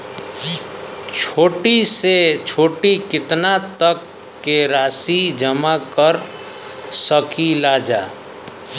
छोटी से छोटी कितना तक के राशि जमा कर सकीलाजा?